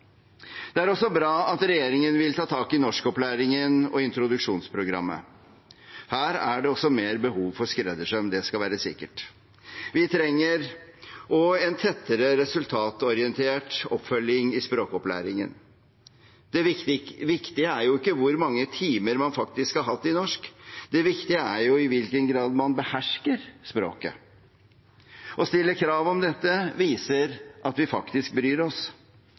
Det er også bra at regjeringen vil ta tak i norskopplæringen og introduksjonsprogrammet. Her er det også mer behov for skreddersøm, det skal være sikkert. Vi trenger også en tettere resultatorientert oppfølging i språkopplæringen. Det viktige er jo ikke hvor mange timer man faktisk har hatt i norsk – det viktige er i hvilken grad man behersker språket. Å stille krav om dette viser at vi faktisk bryr oss.